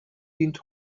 dient